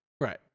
Right